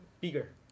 bigger